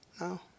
No